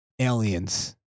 Aliens